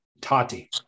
Tati